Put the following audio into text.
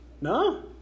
No